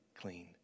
clean